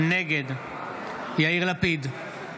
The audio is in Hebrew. נגד יאיר לפיד,